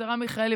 השרה מיכאלי,